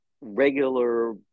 regular